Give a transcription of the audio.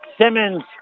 Simmons